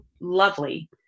lovely